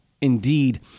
indeed